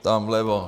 Tam vlevo.